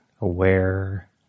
aware